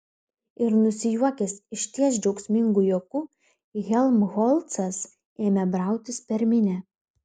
ir nusijuokęs išties džiaugsmingu juoku helmholcas ėmė brautis per minią